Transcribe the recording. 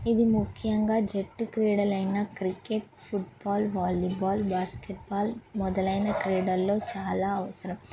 ఇది ముఖ్యంగా జట్టు క్రీడలైన క్రికెట్ ఫుట్బాల్ వాలీబాల్ బాస్కెట్బాల్ మొదలైన క్రీడల్లో చాలా అవసరం